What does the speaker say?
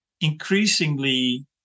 increasingly